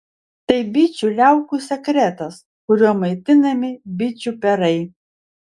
tai bičių liaukų sekretas kuriuo maitinami bičių perai